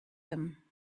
him